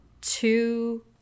two